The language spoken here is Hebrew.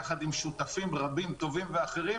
יחד עם שותפים רבים טובים ואחרים,